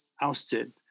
ousted